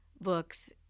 books